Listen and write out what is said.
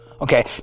Okay